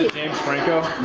james franco?